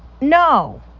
no